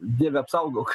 dieve apsaugok